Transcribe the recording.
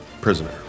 prisoner